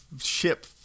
ship